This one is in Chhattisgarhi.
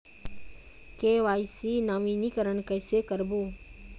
के.वाई.सी नवीनीकरण कैसे करबो?